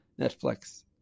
Netflix